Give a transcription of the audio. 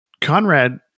Conrad